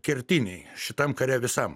kertiniai šitam kare visam